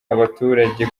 abaturage